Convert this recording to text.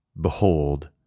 Behold